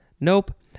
nope